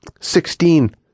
Sixteen